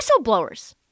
whistleblowers